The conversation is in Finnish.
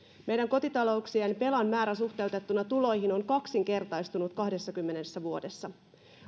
meidän kotitalouksiemme velan määrä suhteutettuna tuloihin on kaksinkertaistunut kahdessakymmenessä vuodessa